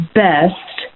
best